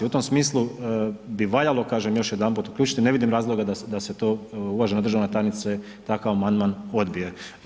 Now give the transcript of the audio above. U tom smislu bi valjalo kažem još jedanput uključiti, ne vidim razloga da se to uvažena državna tajnice takav amandman odbije.